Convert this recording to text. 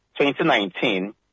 2019